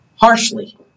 harshly